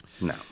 no